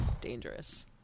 Dangerous